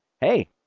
hey